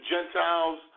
Gentiles